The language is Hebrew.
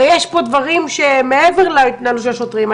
הרי יש פה דברים שהם מעבר להתנהלות של השוטרים.